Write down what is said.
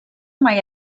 mai